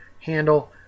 handle